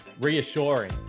reassuring